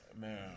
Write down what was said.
man